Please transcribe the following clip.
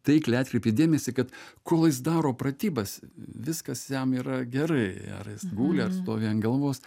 taikliai atkreipė dėmesį kad kol jis daro pratybas viskas jam yra gerai ar jis guli ar stovi ant galvos